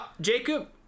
Jacob